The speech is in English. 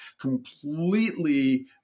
completely